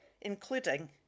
including